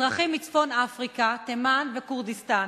אזרחים מצפון-אפריקה, תימן וכורדיסטן,